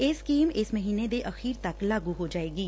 ਇਹ ਸਕੀਮ ਇਸ ਮਹੀਨੇ ਦੇ ਅਖੀਰ ਤੱਕ ਲਾਗੁ ਹੋ ਜਾਵੇਗੀ